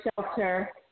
shelter